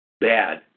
bad